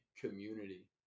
community